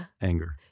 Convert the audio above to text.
anger